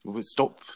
Stop